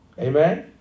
Amen